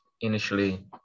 initially